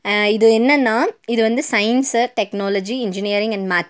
இது என்னென்னா இது வந்து science technology engineering and math